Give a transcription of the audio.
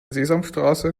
sesamstraße